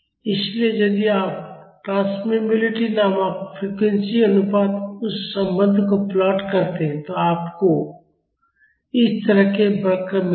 इसलिए यदि आप ट्रांसमिसिबिलिटी बनाम फ़्रीक्वेंसी अनुपात उस संबंध को प्लॉट करते हैं तो आपको इस तरह के वक्र मिलेंगे